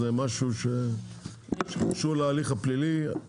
זה משהו שקשור להליך הפלילי, בסדר?